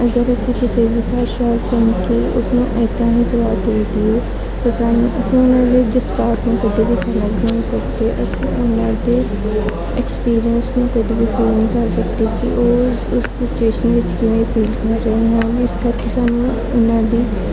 ਅਗਰ ਅਸੀਂ ਕਿਸੇ ਦੀ ਭਾਸ਼ਾ ਸੁਣ ਕੇ ਇਨ੍ਹਾਂ ਉਸ ਨੂੰ ਐਦਾਂ ਹੀ ਜਵਾਬ ਦੇ ਦੇਈਏ ਤਾਂ ਸਾਨੂੰ ਉਸਨੂੰ ਉਸਦੇ ਜਜ਼ਬਾਤ ਨੂੰ ਕਦੇ ਵੀ ਸਮਝ ਨਹੀਂ ਸਕਦੇ ਅਸੀਂ ਉਨ੍ਹਾਂ ਦੇ ਐਕਪੀਰੀਐਂਸ ਨੂੰ ਕਦੇ ਵੀ ਫੀਲ ਨਹੀਂ ਕਰ ਸਕਦੇ ਕਿ ਉਹ ਉਸ ਸਿਚੂਏਸ਼ਨ ਵਿੱਚ ਕਿਵੇਂ ਫੀਲ ਕਰ ਰਿਹਾ ਹੈ ਇਸ ਕਰਕੇ ਸਾਨੂੰ ਉਨ੍ਹਾਂ ਦੀ